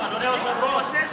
אדוני היושב-ראש,